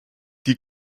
die